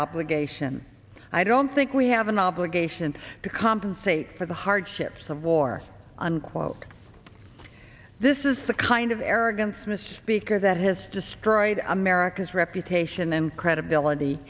obligation i don't think we have an obligation to compensate for the hardships of war unquote this is the kind of arrogance misspeak or that has destroyed america's reputation and credibility